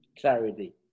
Clarity